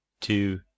two